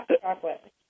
Chocolate